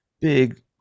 big